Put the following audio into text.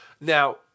Now